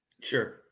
Sure